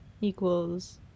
equals